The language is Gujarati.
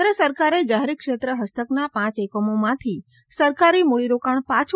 કેન્દ્ર સરકારે જાહેર ક્ષેત્ર ફસ્તકના પાંચ એકમોમાંથી સરકારી મૂડીરોકાણ પાછુ